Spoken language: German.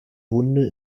hunde